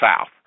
south